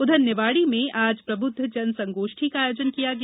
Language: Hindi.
उधर निवाड़ी में आज प्रबुद्ध जन संगोष्ठी का आयोजन किया गया